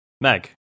meg